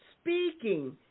speaking